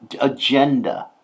agenda